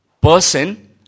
person